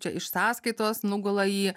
čia iš sąskaitos nugula į